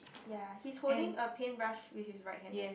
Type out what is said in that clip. ya he's holding a paintbrush with his right hand